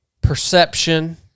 perception